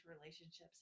relationships